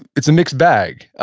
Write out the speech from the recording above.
it's a mixed bag,